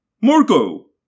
Marco